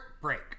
break